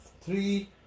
three